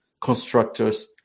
constructors